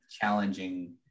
challenging